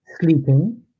sleeping